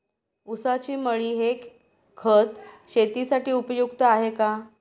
ऊसाची मळी हे खत शेतीसाठी उपयुक्त आहे का?